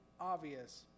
obvious